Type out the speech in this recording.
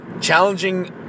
Challenging